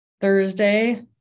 Thursday